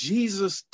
Jesus